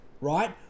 right